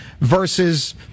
versus